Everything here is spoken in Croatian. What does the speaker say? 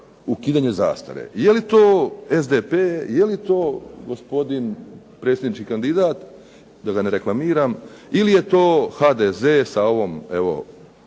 ukidanje zastare, je li to SDP, je li to gospodin predsjednički kandidat da ga ne reklamiram, ili je to HDZ sa ovom